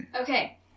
Okay